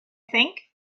think